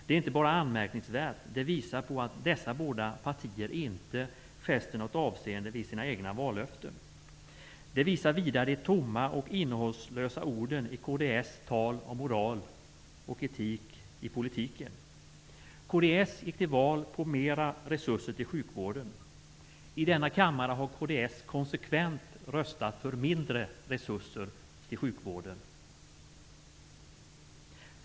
Det är inte bara anmärkningsvärt, utan det visar också på att dessa båda partier inte fäster något avseende vid sina egna vallöften. Det visar vidare på de tomma och innehållslösa orden i kds tal om moral och etik i politiken. Kds gick till val på talet om mera resurser till sjukvården. I denna kammare har kds konsekvent röstat för mindre resurser till sjukvården.